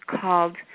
called